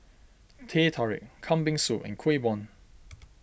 Teh Tarik Kambing Soup and Kuih Bom